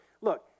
look